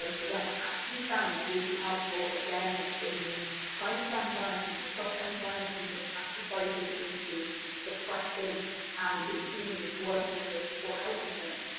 um but that i've actually found really helpful, again in times of anxiety to stop anxiety metastasizing into depression and these feelings of worthlessness or helplessness,